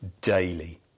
daily